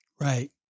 right